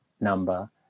number